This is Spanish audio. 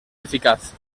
eficaz